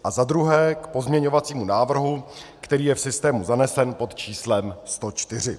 A za druhé k pozměňovacímu návrhu, který je v systému zanesen pod číslem 104.